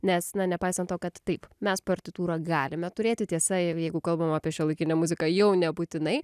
nes na nepaisant to kad taip mes partitūrą galime turėti tiesa jau jeigu kalbam apie šiuolaikinę muziką jau nebūtinai